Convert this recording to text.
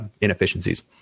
inefficiencies